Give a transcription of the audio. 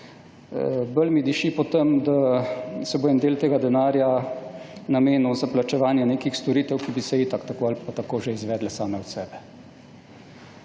Bolj mi diši po tem, da se bo en del tega denarja namenil za plačevanje nekih storitev, ki bi se itak ali pa tako že izvedle same od sebe.